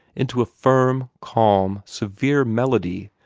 into a firm, calm, severe melody,